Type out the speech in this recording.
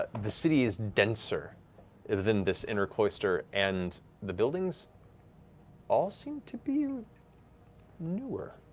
ah the city is denser within this inner cloister, and the buildings all seem to be newer.